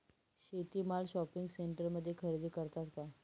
शेती माल शॉपिंग सेंटरमध्ये खरेदी करतात का?